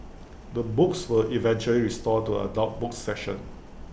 the books were eventually restored to adult books section